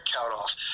count-off